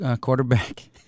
quarterback